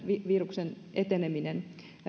viruksen eteneminen